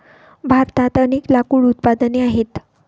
भारतात अनेक लाकूड उत्पादने आहेत